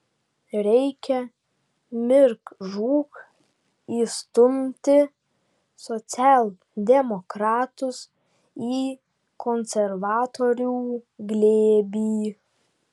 reikia mirk žūk įstumti socialdemokratus į konservatorių glėbį